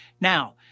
now